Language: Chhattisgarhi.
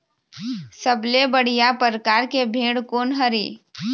सबले बढ़िया परकार के भेड़ कोन हर ये?